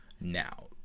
now